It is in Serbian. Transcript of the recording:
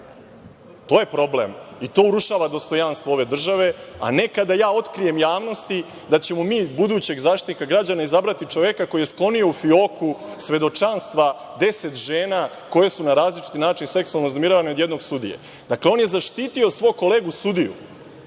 To je problem i to urušava dostojanstvo ove države, a ne kada ja otkrijem javnosti da ćemo mi za budućeg Zaštitnika građana izabrati čoveka koji je sklonio u fioku svedočanstva 10 žena koje su na različiti način seksualno uznemiravane od jednog sudije. Dakle, on je zaštitio svog kolegu sudiju,